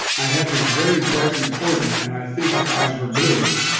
i had this very bright reporter, and i think her eyes were blue.